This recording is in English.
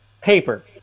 Paper